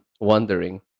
wondering